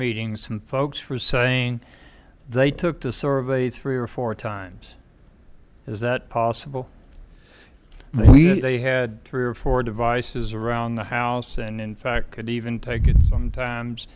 meeting some folks for saying they took the survey three or four times is that possible we they had three or four devices around the house and in fact could even take it sometimes